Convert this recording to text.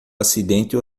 acidente